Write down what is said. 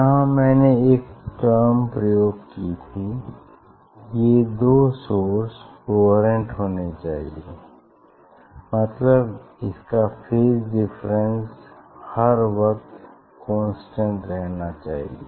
यहां मैंने एक टर्म प्रयोग की थी ये दो सोर्स कोहेरेंट होने चाहिए मतलब इनका फेज डिफरेंस हर वक़्त कांस्टेंट रहना चाहिए